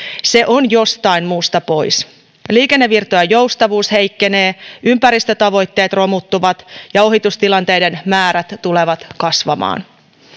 se on jostain muusta pois liikennevirtojen joustavuus heikkenee ympäristötavoitteet romuttuvat ja ohitustilanteiden määrät tulevat kasvamaan